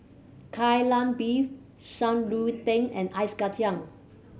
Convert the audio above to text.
Kai Lan Beef Shan Rui Tang and Ice Kachang